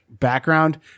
background